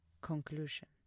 conclusion